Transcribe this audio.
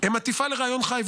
הם עטיפה לרעיון חי,